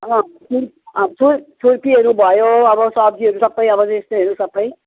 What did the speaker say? छु छुर्पीहरू भयो अब सब्जीहरू सब अब त्यस्तोहरू सब